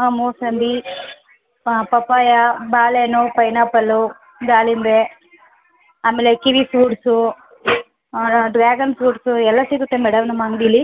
ಹಾಂ ಮೂಸಂಬಿ ಪಪ್ಪಾಯ ಬಾಳೆಹಣ್ಣು ಪೈನಾಪಲ್ಲು ದಾಳಿಂಬೆ ಆಮೇಲೆ ಕಿವಿ ಫ್ರೂಟ್ಸು ಡ್ರ್ಯಾಗನ್ ಫ್ರೂಟ್ಸು ಎಲ್ಲ ಸಿಗುತ್ತೆ ಮೇಡಮ್ ನಮ್ಮ ಅಂಗಡಿಲಿ